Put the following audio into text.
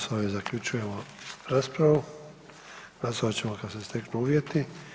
S ovim zaključujemo raspravu, glasovat ćemo kad se steknu uvjeti.